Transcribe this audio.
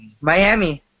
Miami